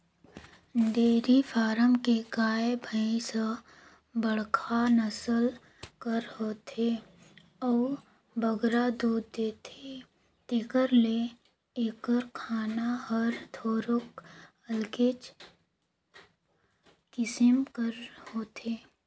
dairy farm के गाय, भंइस ह बड़खा नसल कर होथे अउ बगरा दूद देथे तेकर ले एकर खाना हर थोरोक अलगे किसिम कर होथे